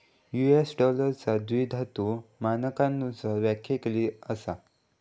US डॉलरचा द्विधातु मानकांनुसार व्याख्या केली असा